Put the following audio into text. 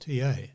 TA